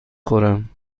خورم